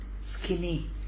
skinny